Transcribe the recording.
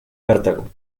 cartago